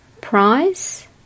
price